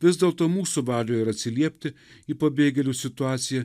vis dėlto mūsų valioje yra atsiliepti į pabėgėlių situaciją